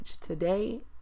today